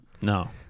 No